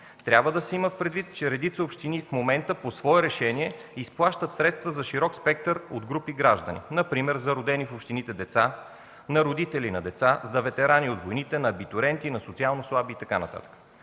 Трябва да се има предвид, че редица общини в момента по свое решение изплащат средства за широк спектър групи граждани, например за родени в общините родители на деца, за ветерани от войните, на абитуриенти, на социално-слаби и така